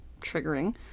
triggering